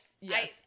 Yes